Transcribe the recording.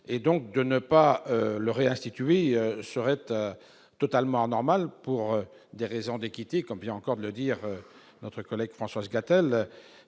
et donc de ne pas le institué serait eux totalement normal, pour des raisons d'équité combien encore de le dire, notre collègue Françoise Katell